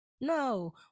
No